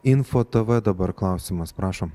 info tv dabar klausimas prašom